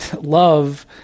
love